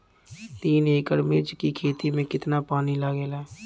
तीन एकड़ मिर्च की खेती में कितना पानी लागेला?